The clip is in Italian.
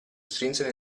strinse